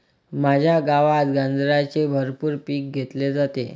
माझ्या गावात गांजाचे भरपूर पीक घेतले जाते